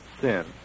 Sin